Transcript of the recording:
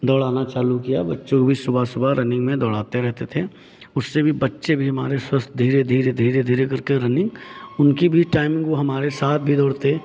दौड़ाना चालू किया बच्चों क भी सुबह सुबह रनिंग में दौड़ाते रहते थे उससे भी बच्चे भी हमारे स्वस्थ धीरे धीरे धीरे धीरे करके रनिंग उनकी भी टाइमिंग वो हमारे साथ भी दौड़ते